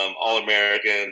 All-American